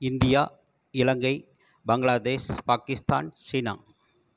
India Ilangai Bangladesh Pakistan China